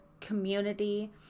community